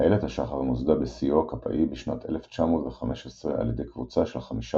איילת השחר נוסדה בסיוע קפא"י בשנת 1915 על ידי קבוצה של חמישה